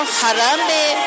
harambe